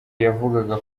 yavuga